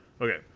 Okay